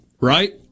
right